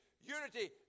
Unity